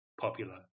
popular